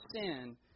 sin